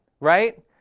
right